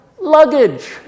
luggage